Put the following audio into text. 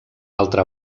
altra